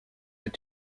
est